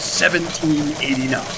1789